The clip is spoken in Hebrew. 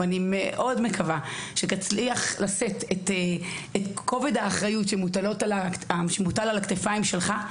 ואני מאוד מקווה שתצליח לשאת את כובד האחריות שמוטל על הכתפיים שלך,